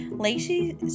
Lacey